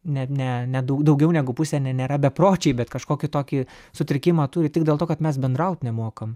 ne ne ne daug daugiau negu pusė ne nėra bepročiai bet kažkokį tokį sutrikimą turi tik dėl to kad mes bendraut nemokam